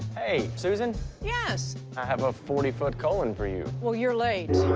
hey susan yes i have a forty foot colon for you well you're late